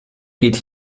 geht